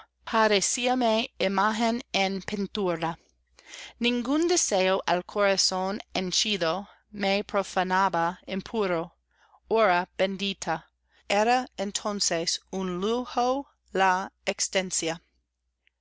parecíame imagen en pintura ningún deseo al corazón henchido me profanaba impuro hora bendita era entonces un lujo la existencia